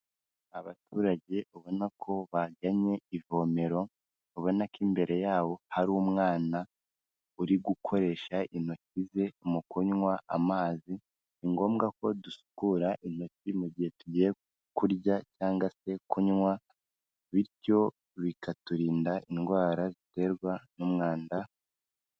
Abaturage ubona ko bagannye ivomero, ubona ko imbere yabo hari umwana uri gukoresha intoki ze mu kunywa amazi. Ni ngombwa ko dusukura intoki mu gihe tugiye kurya cyangwa se kunywa bityo bikaturinda indwara ziterwa n'umwanda.